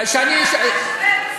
מה שווה בזה?